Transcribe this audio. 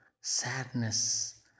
sadness